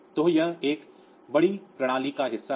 तो यह एक बड़ी प्रणाली का हिस्सा है